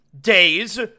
days